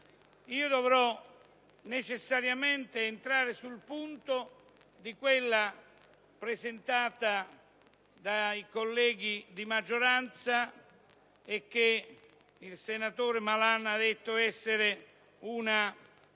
dovrò necessariamente entrare sul punto di quella presentata dai colleghi di maggioranza e che il senatore Malan ha detto essere una